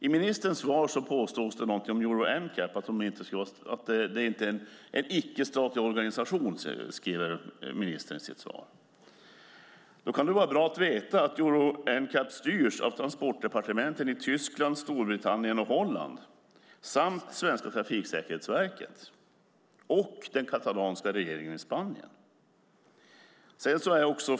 I ministerns svar påstods det något om att Euro NCAP skulle vara en icke-statlig organisation. Då kan det vara bra att veta att Euro NCAP styrs av transportdepartementen i Tyskland, Storbritannien och Holland, svenska Trafiksäkerhetsverket och den katalanska regeringen i Spanien.